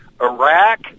iraq